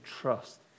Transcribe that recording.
trust